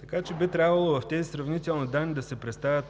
Така че би трябвало в тези сравнителни данни да се представят